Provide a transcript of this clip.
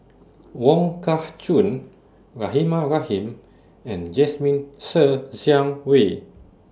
Wong Kah Chun Rahimah Rahim and Jasmine Ser Xiang Wei